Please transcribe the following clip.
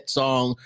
song